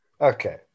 Okay